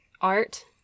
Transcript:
Art